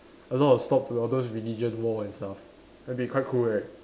a lot of stop to all those religion war and stuff it'll be quite cool right